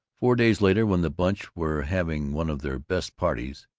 four days later, when the bunch were having one of their best parties,